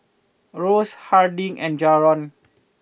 Rose Harding and Jaron